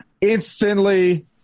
Instantly